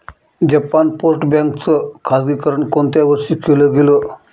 Japan post bank च खाजगीकरण कोणत्या वर्षी केलं गेलं?